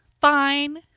Fine